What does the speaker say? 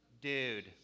dude